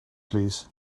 plîs